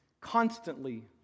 Constantly